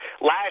last